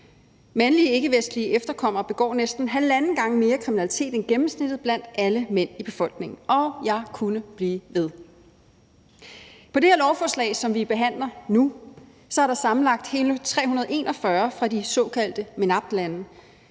Mandlige ikkevestlige efterkommere begår næsten halvanden gang mere kriminalitet end gennemsnittet blandt alle mænd i befolkningen. Og jeg kunne blive ved. På det her lovforslag, som vi behandler nu, er der sammenlagt hele 341 fra de såkaldte MENAPT-lande,